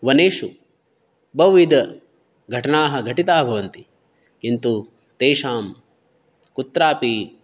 वनेषु बहुविधघटनाः घटिताः भवन्ति किन्तु तेषां कुत्रापि